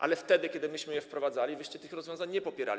Ale wtedy kiedy myśmy je wprowadzali, wyście tych rozwiązań nie popierali.